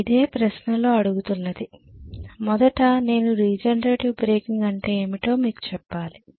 ఇదే ప్రశ్నలో అడుగుతున్నది మొదట నేను రీజనరేటివ్ బ్రేకింగ్ అంటే ఏమిటో మీకు చెప్పాలి